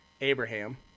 Abraham